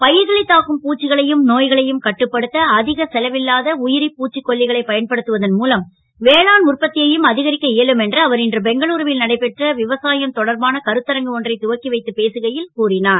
ப ர்களை தாக்கும் பூச்சிகளையும் நோ களையும் கட்டுப்படுத்த அக செலவில்லாத உ ரி பூச்சிக் கொல்லிகளை பயன்படுத்துவதன் மூலம் வேளாண் உற்பத் யையும் அ கரிக்க இயலும் என்று அவர் இன்று பெங்களூருவில் நடைபெற்ற விவசாயம் தொடர்பான கருத்தரங்கு ஒன்றை துவக்கி வைத்து பேசுகை ல் கூறினார்